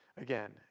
again